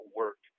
work